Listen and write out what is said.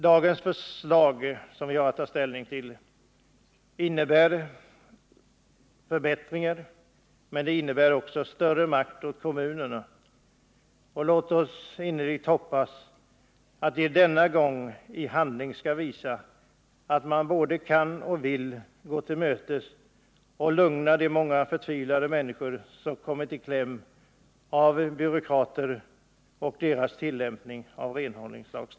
Det förslag som vi i dag har att ta ställning till innebär förbättringar men också större makt åt kommunerna. Låt oss innerligt hoppas att kommunerna denna gång i handling skall visa att de både kan och vill gå människorna till mötes och lugna de många förtvivlade människor som kommit i kläm på grund av byråkraters tillämpning av renhållningslagen.